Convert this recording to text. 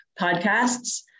podcasts